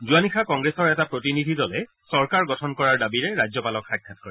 যোৱা নিশা কংগ্ৰেছৰ এটা প্ৰতিনিধি দলে এখন চৰকাৰ গঠন কৰাৰ ৰাজ্যপালক সাক্ষাৎ কৰে